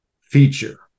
feature